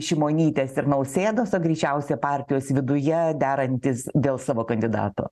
šimonytės ir nausėdos o greičiausiai partijos viduje derantis dėl savo kandidato